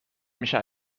میشه